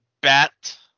bat